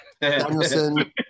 Danielson